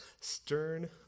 Stern